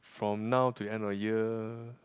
from now till end of year